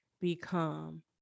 become